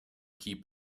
keep